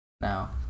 Now